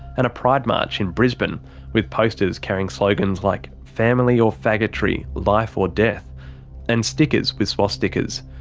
and a pride march in brisbane with posters carrying slogans like family or faggotry life or death and stickers with swastikas.